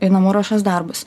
į namų ruošos darbus